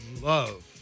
love